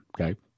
Okay